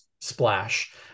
splash